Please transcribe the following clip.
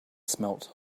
smelt